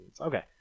Okay